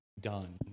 done